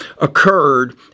occurred